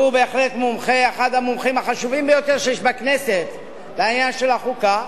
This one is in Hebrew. שהוא אחד המומחים החשובים ביותר שיש בכנסת בעניין החוקה,